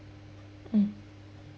mm